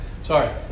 Sorry